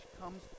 comes